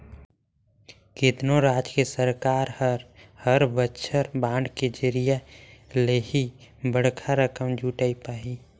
केतनो राज के सरकार हर हर बछर बांड के जरिया ले ही बड़खा रकम जुटाय पाथे